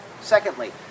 Secondly